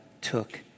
took